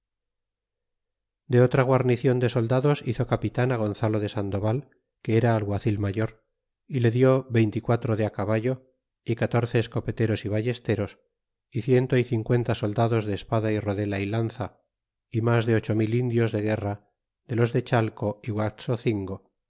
de otra guarnicion de soldados hizo capitan gonzalo de sandoval que era alguacil mayor y le dió veinte y quatro de caballo y catorce escopeteros y ballesteros y ciento y cincuesta soldados de espada y rodela y lanza y mas de ocho mil indios de guerra de los de chalco y